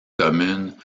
communes